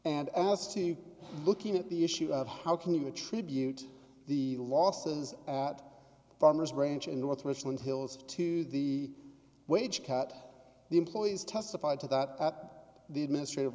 and as to looking at the issue of how can you attribute the losses at farmers branch in northwich and hills to the wage cut the employees testified to that at the administrative